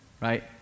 right